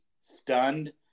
stunned